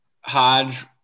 Hodge